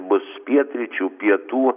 bus pietryčių pietų